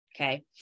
Okay